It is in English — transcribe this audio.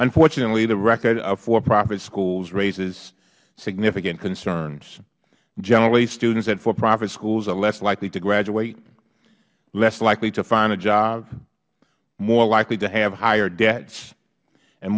unfortunately the record of for profit schools raises significant concerns generally students at for profit schools are less likely to graduate less likely to find a job more likely to have higher debts and